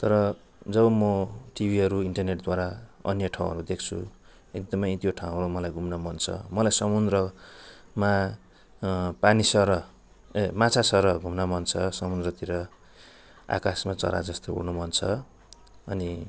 तर जब म टिभीहरू इन्टरनेटद्वारा अन्य ठाउँहरू देख्छु एकदमै त्यो ठाउँमा मलाई घुम्न मन छ मलाई समुद्रमा पानीसरह ए माछासरह घुम्न मन छ समुद्रतिर आकाशमा चराजस्तो उड्नु मन छ अनि